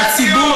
שטויות,